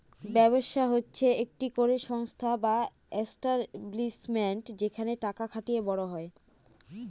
ব্যবসা হচ্ছে একটি করে সংস্থা বা এস্টাব্লিশমেন্ট যেখানে টাকা খাটিয়ে বড় হয়